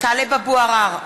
טלב אבו עראר,